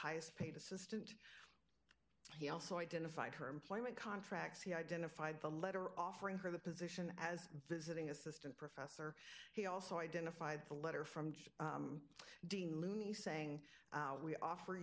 highest paid assistant he also identified her employment contracts he identified the letter offering her the position as visiting assistant professor he also identified a letter from dean looney saying we offer